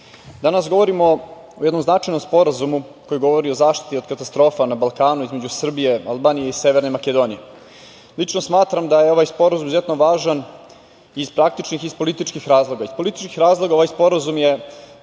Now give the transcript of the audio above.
danas govorimo o jednom značajnom sporazumu koji govori o zaštiti od katastrofa na Balkanu između Srbije, Albanije i Severne Makedonije. Lično smatram da je ovaj sporazum izuzetno važan iz praktičnih i iz političkih razloga. Iz političkih razloga ovaj sporazum je